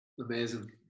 Amazing